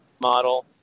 model